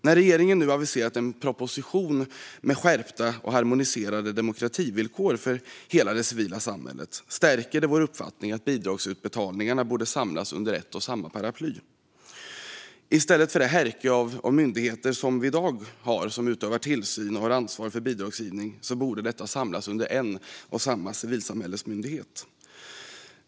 När regeringen nu aviserat en proposition med skärpta och harmoniserade demokrativillkor för hela det civila samhället stärker det vår uppfattning att bidragsutbetalningarna borde samlas under ett och samma paraply. I stället för det härke av myndigheter som i dag utövar tillsyn och har ansvar för bidragsgivning borde dessa samlas under en civilsamhällesmyndighet.